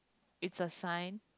it's a sign